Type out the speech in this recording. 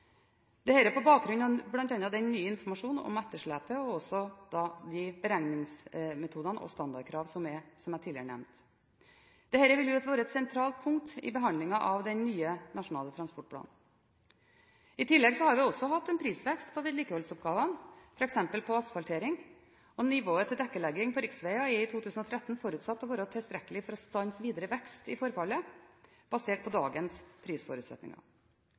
er på bakgrunn av bl.a. den nye informasjonen om etterslepet og også de beregningsmetodene og standardkrav som jeg nevnte tidligere. Dette vil være et sentralt punkt i behandlingen av den nye nasjonale transportplanen. I tillegg har vi også hatt en prisvekst på vedlikeholdsoppgavene, f.eks. på asfaltering. Nivået på dekkelegging på riksveier er i 2013 forutsatt å være tilstrekkelig for å stanse videre vekst i forfallet, basert på dagens prisforutsetninger.